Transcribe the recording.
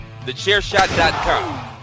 TheChairShot.com